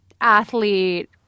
athlete